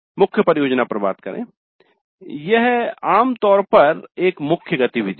मुख्य परियोजना यह आम तौर पर एक मुख्य गतिविधि है